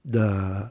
the